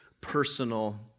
personal